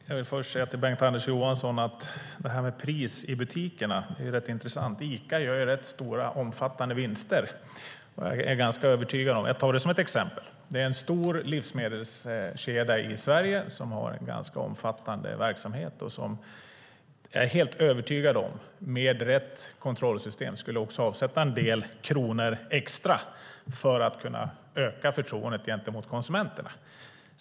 Herr talman! Jag vill först säga till Bengt-Anders Johansson att detta med pris i butiker är rätt intressant. Ica gör rätt omfattande vinster - jag tar det som ett exempel. Det är en stor livsmedelskedja i Sverige som har en ganska omfattande verksamhet och som jag är helt övertygad om med rätt kontrollsystem skulle avsätta en del kronor extra för att öka förtroendet gentemot konsumenterna.